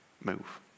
move